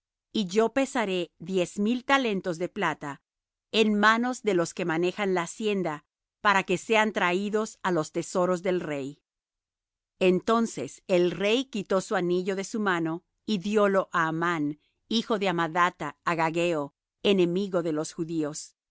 y yo pesaré diez mil talentos de plata en manos de los que manejan la hacienda para que sean traídos á los tesoros del rey entonces el rey quitó su anillo de su mano y diólo á amán hijo de amadatha agageo enemigo de los judíos